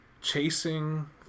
chasing